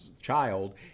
child